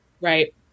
Right